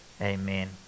amen